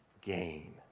gain